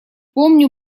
помню